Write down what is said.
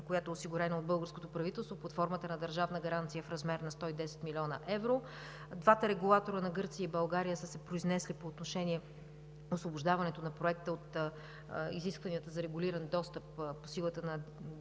която е осигурена от българското правителство под формата на държавна гаранция в размер на 110 млн. евро. Двата регулатора на Гърция и България са се произнесли по отношение освобождаването на проекта от изискванията за регулиран достъп по силата на Директива